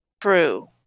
True